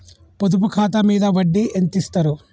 పొదుపు ఖాతా మీద వడ్డీ ఎంతిస్తరు?